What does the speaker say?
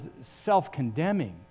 self-condemning